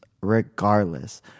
regardless